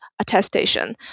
attestation